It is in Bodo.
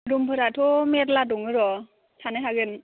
रुमफोराथ' मेरला दङ र' थानो हागोन